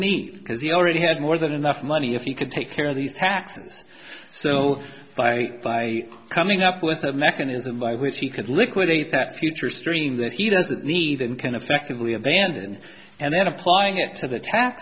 because he already had more than enough money if he could take care of these taxes so by by coming up with a mechanism by which he could liquidate that future stream that he doesn't need and can effectively abandoned and then applying it to the ta